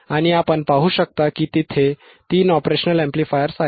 आणि आपण पाहू शकता की तेथे तीन Op Amps आहेत